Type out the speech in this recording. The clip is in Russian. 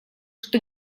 что